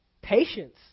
Patience